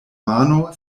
mano